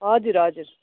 हजुर हजुर